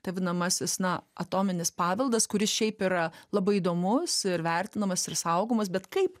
tai vadinamasis na atominis paveldas kuris šiaip yra labai įdomus ir vertinamas ir saugomas bet kaip